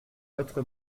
votre